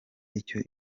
icyo